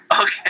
Okay